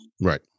Right